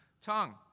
tongue